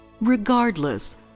Regardless